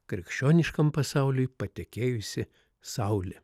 krikščioniškam pasauliui patekėjusi saulė